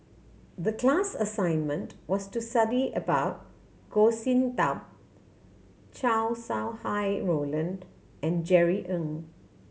the class assignment was to study about Goh Sin Tub Chow Sau Hai Roland and Jerry Ng